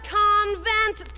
convent